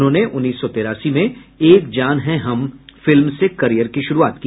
उन्होंने उन्नीस सौ तिरासी में एक जान हैं हम फिल्म से कैरियर की शुरूआत की